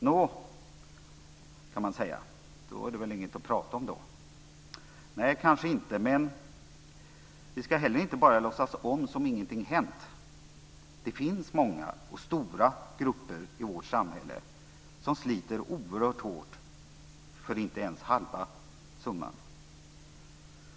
Nå, kan man säga, då är det väl inget att prata om. Nej, kanske inte. Men vi ska heller inte bara låtsas som att ingenting hänt. Det finns ju många och stora grupper i vårt samhälle som sliter oerhört hårt för inte ens halva summan.